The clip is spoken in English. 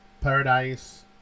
paradise